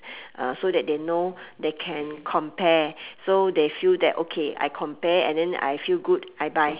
uh so that they know they can compare so they feel that okay I compare and then I feel good I buy